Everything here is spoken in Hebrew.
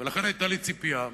ולכן היתה לי ציפייה,